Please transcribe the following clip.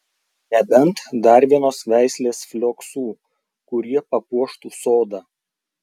nebent dar vienos veislės flioksų kurie papuoštų sodą